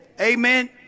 amen